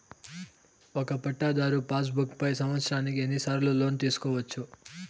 ఒక పట్టాధారు passbook పై సంవత్సరానికి ఎన్ని సార్లు లోను తీసుకోవచ్చు?